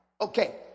okay